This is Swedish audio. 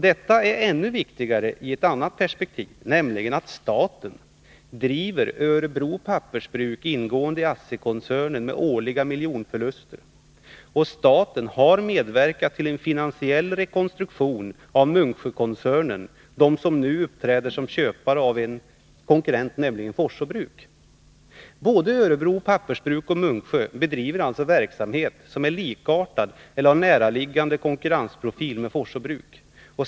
Detta är ännu viktigare i ett annat perspektiv, nämligen att staten driver Örebro Pappersbruk, ingående i ASSI-koncernen, med årliga miljonförluster. Staten har vidare medverkat till en finansiell rekonstruktion av Munksjökoncernen, som nu uppträder som köpare av en konkurrent, nämligen Forsså Bruk. Både Örebro Pappersbruk och Munksjö bedriver alltså verksamhet som är likartad eller har en Forsså Bruks näraliggande konkurrensprofil.